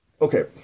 Okay